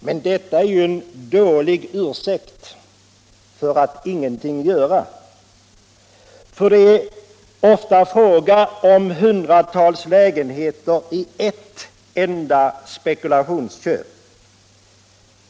Men det är en dålig ursäkt för att ingenting göra. Det är ofta fråga om hundratals lägenheter i ett enda spekulationsköp.